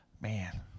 Man